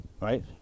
right